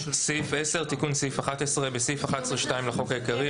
תיקון סעיף 11 10. בסעיף 11(2) לחוק העיקרי,